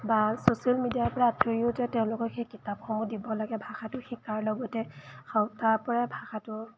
বা ছ'চিয়েল মিডিয়াৰপৰা আঁতৰিও যে তেওঁলোকক সেই কিতাপসমূহ দিব লাগে ভাষাটো শিকাৰ লগতে তাৰপৰা ভাষাটো